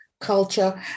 culture